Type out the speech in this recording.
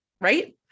right